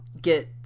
get